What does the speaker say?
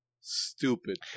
stupid